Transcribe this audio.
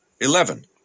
Eleven